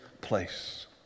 place